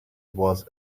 was